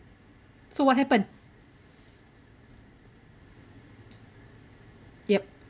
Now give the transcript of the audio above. so what happen yup